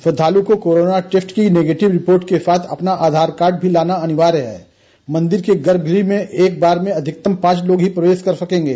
श्रद्धालु को corona test की नेगेटिव रिपोर्ट के साथ अपना आधार कार्ड भी लाना अनिवार्य है मन्दिर के गर्भगृह में एक बार में अधिकतम पाँच लोग ही प्रवेश कर सकेंगे